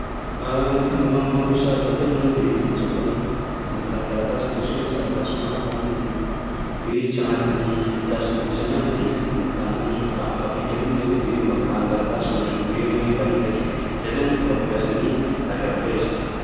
Gny fomba ny fomba fa- fampiasà agrafeuse moa zany de hoe fa mazava hoazy hoe fomba fitana taratasy ataontsika hoe misy taratasy maro zany n- hoe tsy agnatin'ny plasy tokony hisy anazy de igny zany fomba fitana anazy hoe ka- akapiky amin'igny zany i de mba mità ny taratasy mba tsy ho very na hiparitaky. Zay zany ny fomba fampiasa ny agrafeuse.